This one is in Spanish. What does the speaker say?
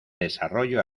desarrollo